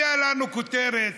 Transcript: הייתה לנו כותרת.